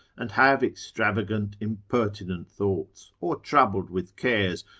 and have extravagant impertinent thoughts, or troubled with cares,